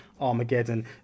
Armageddon